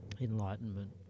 Enlightenment